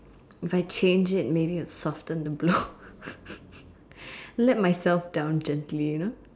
if I change it maybe it will soften the blow let myself down gently you know